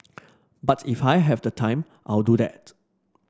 but if I have the time I'll do that